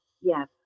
Yes